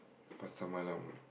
Pasar Malam